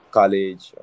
college